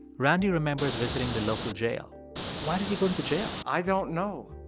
randy remembers visiting the local jail why did you go to the jail? i don't know.